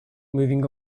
moving